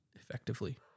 effectively